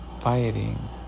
fighting